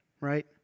right